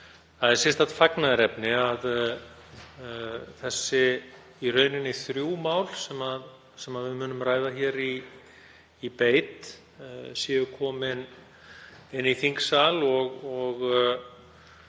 það er sérstakt fagnaðarefni að þessi í rauninni þrjú mál sem við munum ræða hér í beit séu komin inn í þingsal og